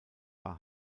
war